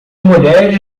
mulheres